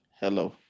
Hello